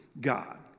God